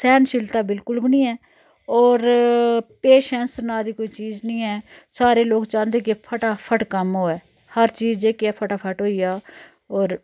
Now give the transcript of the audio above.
सैह्नशीलता बिलकुल बी नी ऐ होर पेशैंस नांऽ दी कोई चीज़ नी ऐ सारे लोक चांह्दे कि फटाफट कम्म होऐ हर चीज़ जेह्की ऐ फटाफट होई जा होर